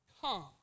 Come